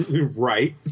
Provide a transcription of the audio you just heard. Right